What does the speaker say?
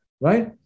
right